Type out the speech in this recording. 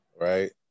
Right